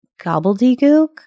gobbledygook